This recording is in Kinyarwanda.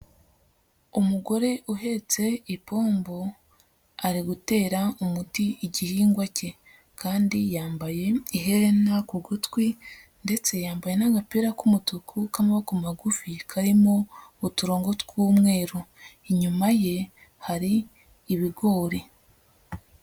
Umugore uhetse ipombo ari gutera umuti igihingwa cye, kandi yambaye iherena ku gutwi ndetse yambaye n'agapira k'umutuku k'amaboko magufi karimo uturongo tw'umweru, inyuma ye hari ibigori.